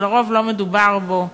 שלרוב לא מדובר בו,